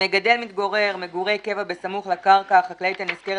" המגדל מתגורר מגורי קבע בסמוך לקרקע החקלאית הנזכרת